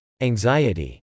anxiety